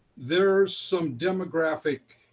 there's some demographic